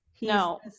No